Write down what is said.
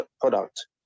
product